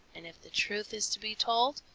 and if the truth is to be told,